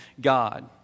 God